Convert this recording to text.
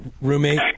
roommate